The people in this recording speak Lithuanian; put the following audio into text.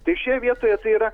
tai šioje vietoje tai yra